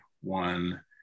one